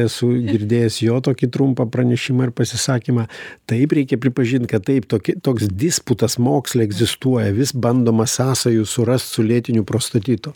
esu girdėjęs jo tokį trumpą pranešimą ar pasisakymą taip reikia pripažint kad taip toki toks disputas moksle egzistuoja vis bandoma sąsajų surast su lėtiniu prostatitu